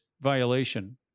violation